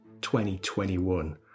2021